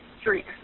street